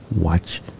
watch